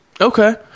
okay